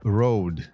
road